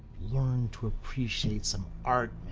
learn to appreciate some art,